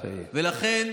ולכן,